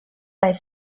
bei